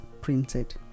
printed